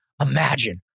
imagine